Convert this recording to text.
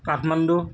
Kathmandu